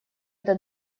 эта